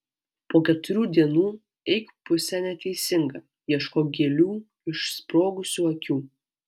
po keturių dienų eik puse neteisinga ieškok gėlių išsprogusių akių